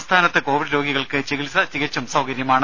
സംസ്ഥാനത്ത് കോവിഡ് രോഗികൾക്ക് ചികിത്സ തികച്ചും സൌജന്യമാണ്